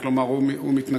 כלומר הוא מתנגד?